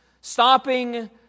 stopping